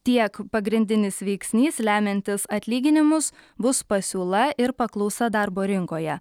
tiek pagrindinis veiksnys lemiantis atlyginimus bus pasiūla ir paklausa darbo rinkoje